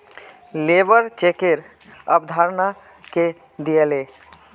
labour चेकेर अवधारणा के दीयाले